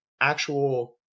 actual